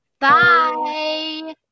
Bye